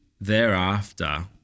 thereafter